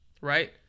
Right